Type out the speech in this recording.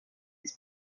its